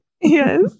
Yes